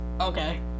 Okay